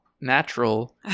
Natural